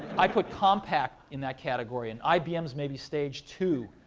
i put compaq in that category. and ibm is maybe stage two,